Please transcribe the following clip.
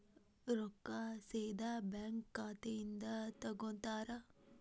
ರೊಕ್ಕಾ ಸೇದಾ ಬ್ಯಾಂಕ್ ಖಾತೆಯಿಂದ ತಗೋತಾರಾ?